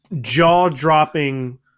jaw-dropping